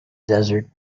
desert